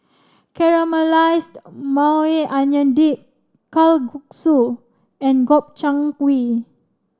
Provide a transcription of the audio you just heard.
Caramelized Maui Onion Dip Kalguksu and Gobchang Gui